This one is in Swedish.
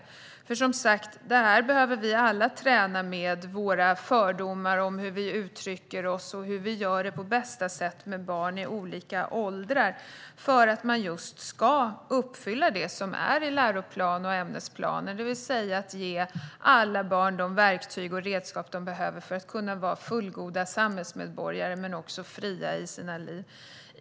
Vi behöver som sagt alla träna på detta med fördomar, hur vi uttrycker oss och hur vi gör detta på bästa sätt med barn i olika åldrar. Det handlar om att uppfylla det som finns i läroplanen och ämnesplanen, det vill säga ge alla barn de verktyg och redskap de behöver för att kunna vara fullgoda samhällsmedborgare men också fria i sina liv.